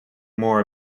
more